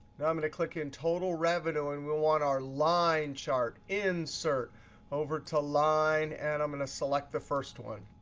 now i'm going to click in total revenue, and we'll want our line chart. insert over to line, and i'm going to select the first one.